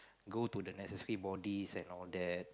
go to the necessary bodies and all that